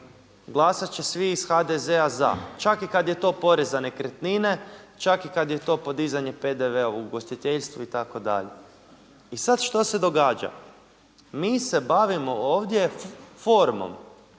glasati će svi iz HDZ-a za čak i kada je to porez za nekretnine, čak i kada je to podizanje PDV-a u ugostiteljstvu itd.. I sada što se događa? Mi se bavimo ovdje formom.